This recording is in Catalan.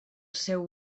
seu